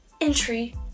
entry